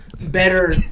better